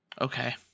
okay